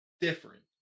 Different